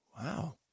Wow